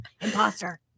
Imposter